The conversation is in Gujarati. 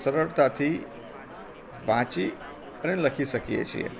સરળતાથી વાંચી અને લખી શકીએ છીએ